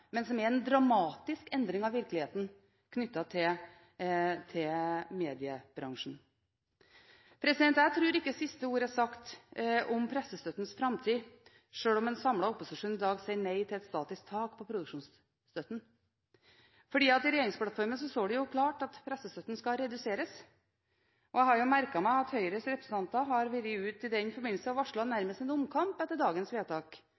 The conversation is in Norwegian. men som er en dramatisk endring av virkeligheten i mediebransjen. Jeg tror ikke siste ord er sagt om pressestøttens framtid, sjøl om en samlet opposisjon i dag sier nei til et statisk tak på produksjonsstøtten, for i regjeringsplattformen står det klart at pressestøtten skal reduseres. Og jeg har merket meg at Høyres representanter i den forbindelse har varslet nærmest en omkamp etter dagens vedtak.